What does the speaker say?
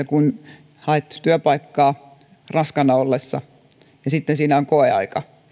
kun hakee työpaikkaa raskaana ollessa ja sitten siinä on koeaika